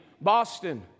Boston